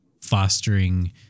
fostering